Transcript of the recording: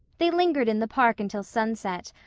they lingered in the park until sunset,